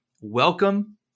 welcome